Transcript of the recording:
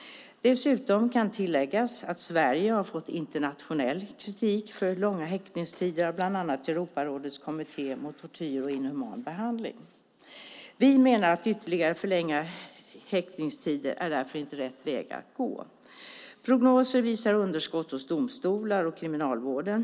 Dessutom kan tilläggas att Sverige har fått internationell kritik för långa häktningstider av bland annat Europarådets kommitté mot tortyr och inhuman behandling. Vi menar därför att en ytterligare förlängning av häktningstiden inte är rätt väg att gå. Prognoser visar på underskott hos domstolar och inom Kriminalvården.